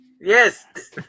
Yes